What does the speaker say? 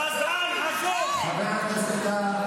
ח'אלד משעל אומר שאין ישראל,